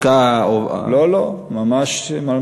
ההשקעה, או, לא, לא, ממש לא.